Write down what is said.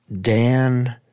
Dan